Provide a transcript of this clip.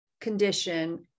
condition